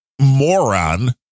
moron